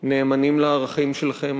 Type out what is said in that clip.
נאמנים לערכים שלכם?